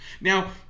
Now